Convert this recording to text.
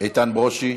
איתן ברושי.